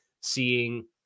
seeing